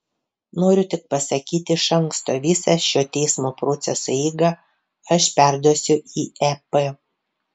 noriu tik pasakyti iš anksto visą šio teismo proceso eigą aš perduosiu į ep